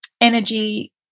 energy